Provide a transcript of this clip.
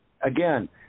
again